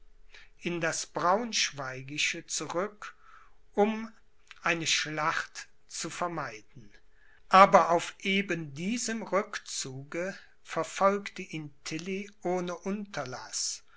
in das braunschweigische zurück um eine schlacht zu vermeiden aber auf eben diesem rückzuge verfolgte ihn tilly ohne unterlaß